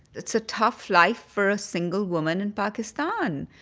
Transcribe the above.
it's a tough life for a single woman in pakistan.